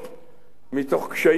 מתוך קשיים מרובים,